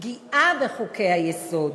פגיעה בחוקי-היסוד